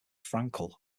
frankel